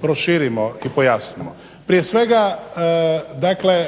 proširimo i pojasnimo. Prije svega dakle